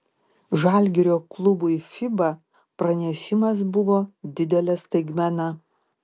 žalgirio klubui fiba pranešimas buvo didelė staigmena